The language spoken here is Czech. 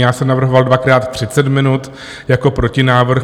Já jsem navrhoval dvakrát třicet minut jako protinávrh.